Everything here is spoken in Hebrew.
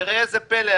וראה זה פלא,